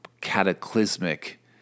cataclysmic